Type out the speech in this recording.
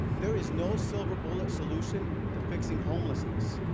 there is no silver bullet solution to fixing homelessness.